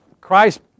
Christ